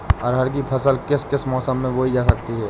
अरहर की फसल किस किस मौसम में बोई जा सकती है?